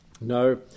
No